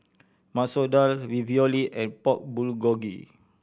Masoor Dal Ravioli and Pork Bulgogi